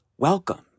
Welcome